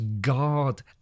God